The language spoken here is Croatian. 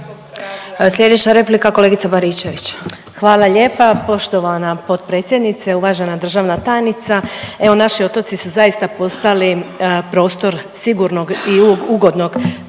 Sljedeća replika kolegica Baričević. **Baričević, Danica (HDZ)** Hvala lijepa poštovana potpredsjednice, uvažena državna tajnica. Evo naši otoci su zaista postali prostor sigurnog i ugodnog